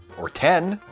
or ten.